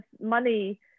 money